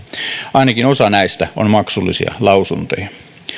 ainakin osa näistä on maksullisia lausuntoja